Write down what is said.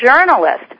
journalist